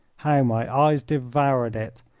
how my eyes devoured it!